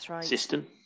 system